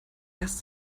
erst